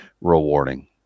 rewarding